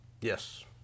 Yes